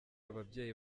ababyeyi